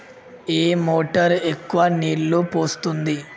ఏ motor ఎక్కువ నీళ్లు పోస్తుంది?